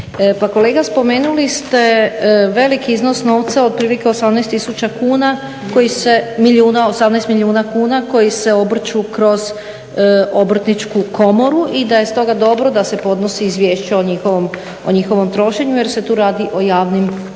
kolega spomenuli ste velik iznos novca, otprilike 18 milijuna kuna koji se obrću kroz Obrtničku komoru i da je stoga dobro da se podnosi izvješće o njihovom trošenju jer se tu radi o javnom novcu.